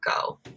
go